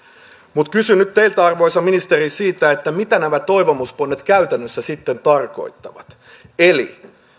mutta kysyn nyt teiltä arvoisa ministeri mitä nämä toivomusponnet käytännössä sitten tarkoittavat eli